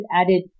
added